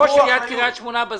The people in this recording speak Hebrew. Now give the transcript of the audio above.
ראש עיריית קריית שמונה בזום,